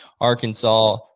arkansas